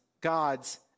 God's